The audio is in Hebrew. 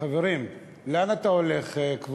חברים לאן אתה הולך?